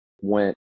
went